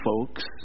folks